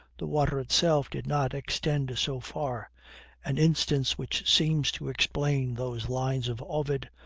the water itself did not extend so far an instance which seems to explain those lines of ovid,